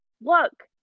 look